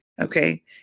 Okay